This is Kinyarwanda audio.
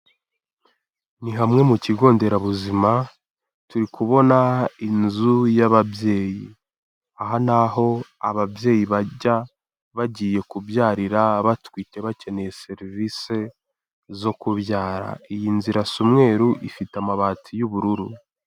Ni hamwe mu kigo nderabuzima, turi kubona inzu y'ababyeyi, aha ni aho ababyeyi bajya bagiye kubyarira, batwite bakeneye serivisi zo kubyara, iyi nzu irasa umweru, ifite amabati y'ubururu.